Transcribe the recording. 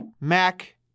Mac